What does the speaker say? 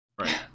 Right